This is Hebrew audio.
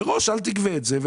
מראש אל תגבה את זה.